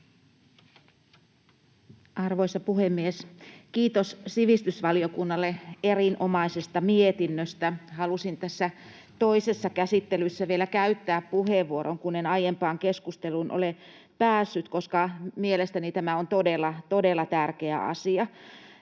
Arvoisa puhemies! Kiitos sivistysvaliokunnalle erinomaisesta mietinnöstä. Halusin tässä toisessa käsittelyssä vielä käyttää puheenvuoron, kun en aiempaan keskusteluun ole päässyt, koska mielestäni tämä on todella, todella tärkeä asia.